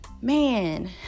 man